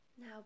Now